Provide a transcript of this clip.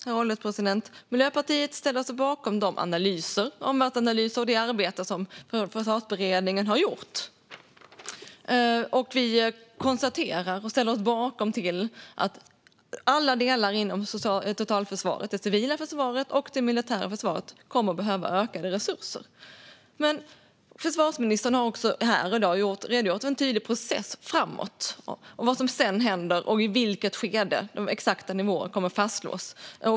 Herr ålderspresident! Miljöpartiet ställer sig bakom de analyser, de omvärldsanalyser och det arbete som Försvarsberedningen har gjort. Och vi konstaterar och ställer oss bakom att alla delar inom totalförsvaret - det civila försvaret och det militära försvaret - kommer att behöva ökade resurser. Men försvarsministern har också här i dag redogjort för en tydlig process framåt, om vad som sedan händer och i vilket skede de exakta nivåerna kommer att fastslås.